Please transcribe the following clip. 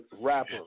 rapper